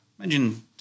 Imagine